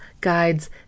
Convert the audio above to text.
guides